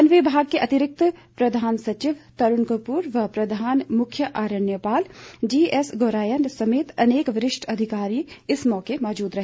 one विभाग के अतिरिक्त प्रधान सचिव तरूण कपूर और प्रधान मुख्य अरण्यपाल जीएसगोराया समेत अनेक वरिष्ठ अधिकारी इस मौके मौजूद रहे